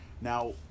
Now